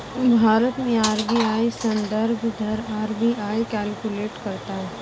भारत में आर.बी.आई संदर्भ दर आर.बी.आई कैलकुलेट करता है